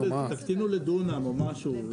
תקטינו לדונם או משהו.